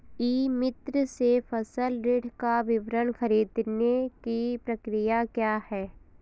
ई मित्र से फसल ऋण का विवरण ख़रीदने की प्रक्रिया क्या है?